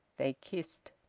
they kissed.